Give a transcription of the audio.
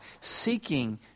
seeking